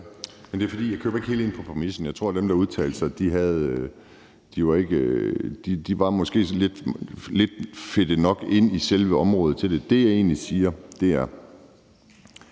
Jamen det er, fordi jeg ikke helt køber ind på præmissen. Jeg tror, at dem, der udtalte sig, var lidt fedtet ind i selve området. Det, jeg egentlig siger, er,